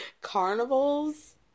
carnivals